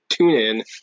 TuneIn